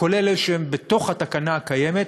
כולל אלה שהם בתוך התקנה הקיימת,